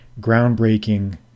groundbreaking